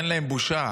אין להם בושה,